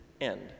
end